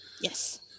Yes